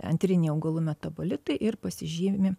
antriniai augalų metabolitai ir pasižymi